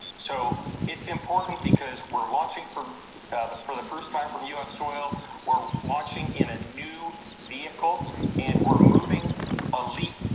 so it's important because we're watching from the for the first time from us soil we're watching in a new vehicle and we're moving a leak.